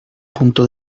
punto